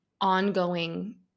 ongoing